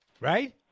right